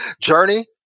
journey